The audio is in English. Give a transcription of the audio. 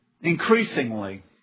increasingly